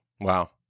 Wow